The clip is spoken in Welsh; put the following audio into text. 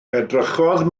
edrychodd